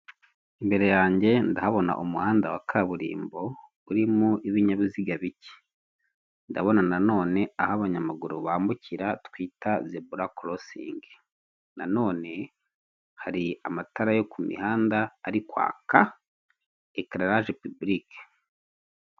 Inyubako ifite ibara ry'umweru ifite n'amadirishya y'umukara arimo utwuma, harimo amarido afite ibara ry'ubururu ndetse n'udutebe, ndetse hari n'akagare kicaramo abageze mu za bukuru ndetse n'abamugaye, harimo n'ifoto imanitsemo muri iyo nyubako.